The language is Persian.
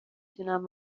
تونم